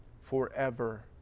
forever